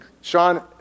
Sean